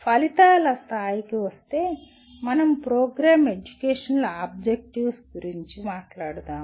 ఫలితాల స్థాయికి వస్తే మనం ప్రోగ్రామ్ ఎడ్యుకేషనల్ ఆబ్జెక్టివ్స్ గురించి మాట్లాడుతాము